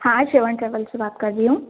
हाँ seven travel से बात कर रही हूँ